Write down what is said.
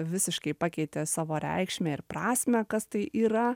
visiškai pakeitė savo reikšmę ir prasmę kas tai yra